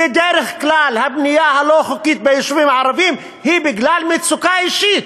בדרך כלל הבנייה הלא-חוקית ביישובים הערביים היא בגלל מצוקה אישית.